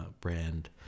brand